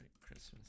Christmas